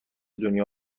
دنیا